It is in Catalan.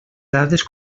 dades